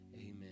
Amen